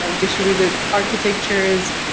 um distributed architectures,